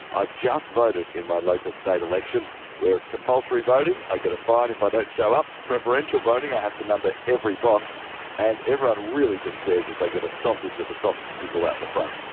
i've just voted in my local state election where it's compulsory voting i get a fine if i don't show up preferential voting i have to number every box and everyone really just cares if they get a sausage at the sausage sizzle out the front.